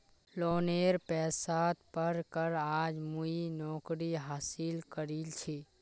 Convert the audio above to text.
लोनेर पैसात पढ़ कर आज मुई नौकरी हासिल करील छि